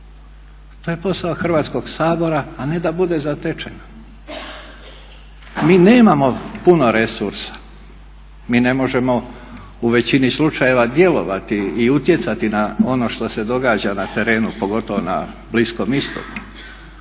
to je posao Hrvatskog sabora a ne da bude zatečen. Mi nemamo puno resursa, mi ne možemo u većini slučajeva djelovati i utjecati na ono što se događa na terenu pogotovo na Bliskom istoku